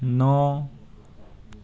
ন